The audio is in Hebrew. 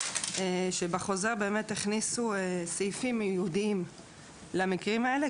שבחוזר באמת הכניסו סעיפים ייעודיים למקרים האלה,